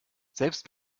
selbst